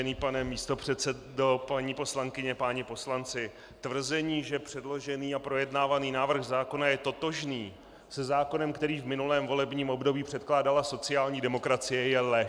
Vážený pane místopředsedo, paní poslankyně, páni poslanci, tvrzení, že předložený a projednávaný návrh zákona je totožný se zákonem, který v minulém volebním období předkládala sociální demokracie, je lež!